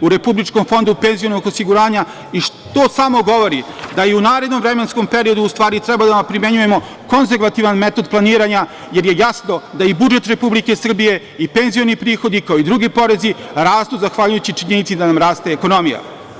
u Republičkom fondu penzionog osiguranja i to samo govori da u narednom vremenskom periodu u stvari treba da primenjujemo konzervativan metod planiranja, jer je jasno da i budžet Republike Srbije i penzioni prihodi, kao i drugi porezi rastu zahvaljujući činjenici da nam raste ekonomija.